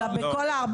אלא בכל --- לא.